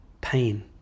pain